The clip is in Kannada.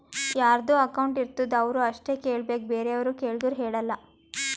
ಯಾರದು ಅಕೌಂಟ್ ಇರ್ತುದ್ ಅವ್ರು ಅಷ್ಟೇ ಕೇಳ್ಬೇಕ್ ಬೇರೆವ್ರು ಕೇಳ್ದೂರ್ ಹೇಳಲ್ಲ